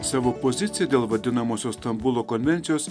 savo poziciją dėl vadinamosios stambulo konvencijos